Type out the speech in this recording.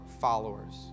followers